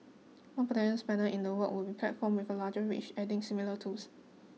one potential spanner in the works would be platforms with a larger reach adding similar tools